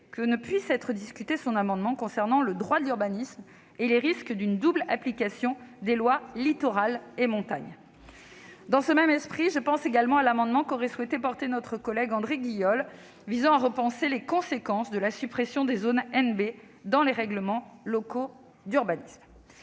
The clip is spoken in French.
regretter que son amendement relatif au droit de l'urbanisme et aux risques d'une double application des lois Littoral et Montagne ne puisse être examiné. Dans ce même esprit, je pense à l'amendement qu'aurait souhaité porter notre collègue André Guiol visant à repenser les conséquences de la suppression des zones NB dans les règlements locaux d'urbanisme.